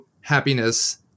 happiness